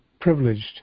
privileged